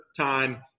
time